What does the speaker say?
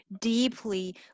deeply